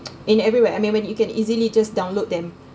in everywhere I mean you when can easily just download them